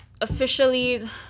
officially